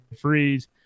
Freeze